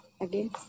again